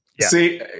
See